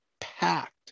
packed